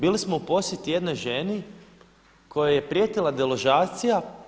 Bili smo u posjeti jednoj ženi kojoj je prijetila deložacija.